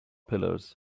pillars